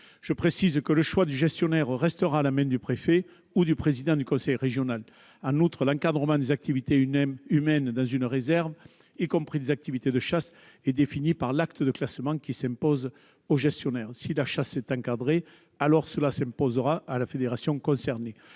Je précise que le choix du gestionnaire restera à la main du préfet ou du président du conseil régional. En outre, l'encadrement des activités humaines dans une réserve, y compris des activités de chasse, est défini par l'acte de classement, lequel s'impose au gestionnaire. Si la chasse est encadrée, alors cela s'imposera à la fédération concernée.